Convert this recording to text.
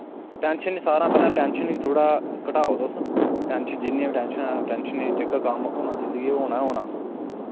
tension ही सारें हां पैह्ले टैंशन ही थोह्ड़ा घटाओ तुस टैंशन जिन्नी वी टैंशन ऐ टैंशने जेह्का कम्म होना जिंदगी च ओह् होना ही होना